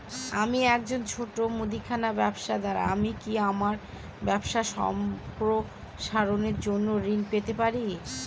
আমি একজন ছোট মুদিখানা ব্যবসাদার আমি কি আমার ব্যবসা সম্প্রসারণের জন্য ঋণ পেতে পারি?